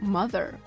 Mother